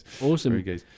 Awesome